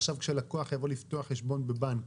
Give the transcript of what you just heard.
עכשיו כשלקוח יבוא לפתוח חשבון בבנק,